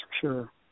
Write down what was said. sure